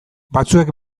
batzuek